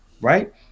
right